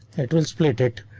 it will split it.